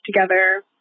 together